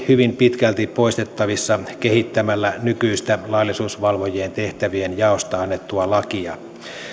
hyvin pitkälti poistettavissa kehittämällä nykyistä laillisuusvalvojien tehtävien jaosta annettua lakia